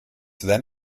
then